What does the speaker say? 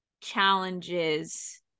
challenges